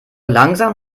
langsam